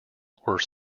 were